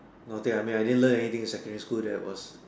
okay I mean I didn't learn anything in secondary school that was